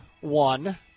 one